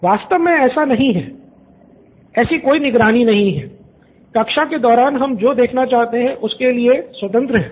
student 2 वास्तव में ऐसा नहीं है ऐसी कोई निगरानी नहीं है कक्षा के दौरान हम जो देखना चाहते हैं उसे देखने के लिए स्वतंत्र हैं